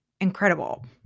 incredible